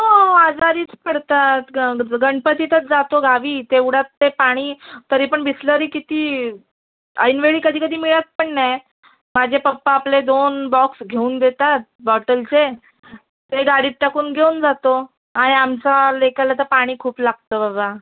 हो आजारीच पडतात गन गणपतीतच जातो गावी तेवढ्यात ते पाणी तरी पण बिसलरी किती ऐन वेळी कधीकधी मिळत पण नाही माझे पप्पा आपले दोन बॉक्स घेऊन देतात बॉटलचे ते गाडीत टाकून घेऊन जातो आणि आमचा लेकाला तर पाणी खूप लागतं बाबा